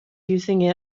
using